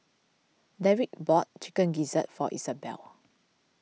Derik bought Chicken Gizzard for Isabell